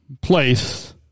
place